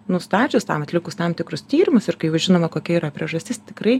nustačius tam atlikus tam tikrus tyrimus ir kai jau žinome kokia yra priežastis tikrai